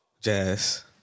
Jazz